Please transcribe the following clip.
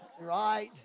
right